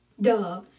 duh